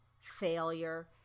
failure